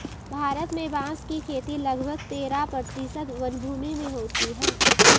भारत में बाँस की खेती लगभग तेरह प्रतिशत वनभूमि में होती है